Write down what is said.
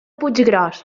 puiggròs